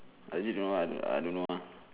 legit no ah ah I don't know ah